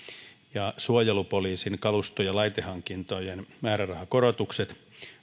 ja suojelupoliisin kalusto ja laitehankintojen määrärahakorotukset